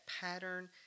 pattern